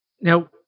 Now